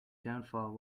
downfall